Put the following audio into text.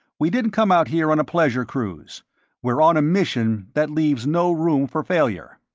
we didn't come out here on a pleasure cruise we're on a mission that leaves no room for failure.